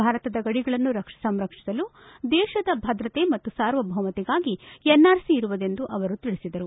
ಭಾರತದ ಗಡಿಗಳನ್ನು ಸಂರಕ್ಷಿಸಲು ದೇಶದ ಭದ್ರತೆ ಮತ್ತು ಸಾರ್ವಭೌಮತೆಗಾಗಿ ಎನ್ಆರ್ಸಿ ಇರುವುದೆಂದು ಅವರು ಹೇಳದರು